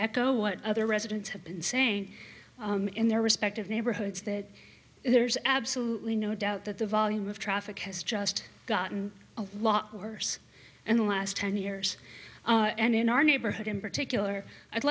echo what other residents have been saying in their respective neighborhoods that there's absolutely no doubt that the volume of traffic has just gotten a lot worse and the last ten years and in our neighborhood in particular i'd